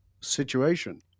situation